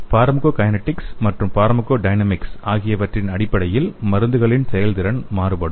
pharmacokinetics மற்றும் pharmacodynamics ஆகியவற்றின் அடிப்படையில் மருந்துகளின் செயல்திறன் மாறுபடும்